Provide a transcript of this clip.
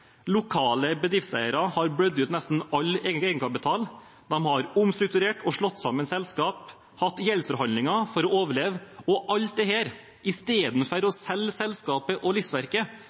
Lokale bedriftseiere har blødd ut nesten all egenkapital. De har omstrukturert og slått sammen selskap, hatt gjeldsforhandlinger for å overleve. Istedenfor å selge selskapet og livsverket, istedenfor å flytte eierskapet til utlandet og